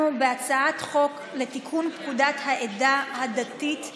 אנחנו בהצעת חוק לתיקון פקודת העדה הדתית (המרה)